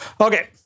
Okay